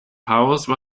house